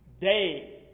day